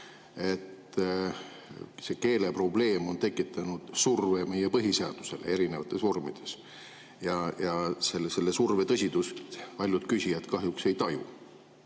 see keeleprobleem on tekitanud surve meie põhiseadusele erinevates vormides. Ja selle surve tõsidust paljud küsijad kahjuks ei taju.